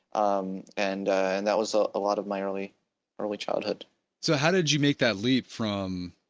um and and that was a lot of my early early childhood so how did you make that leap from